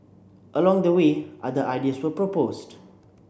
along the way other ideas were proposed